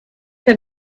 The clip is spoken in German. denn